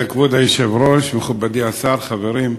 כבוד היושב-ראש, מכובדי השר, חברים,